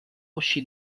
uscì